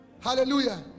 Hallelujah